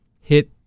hit